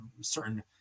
certain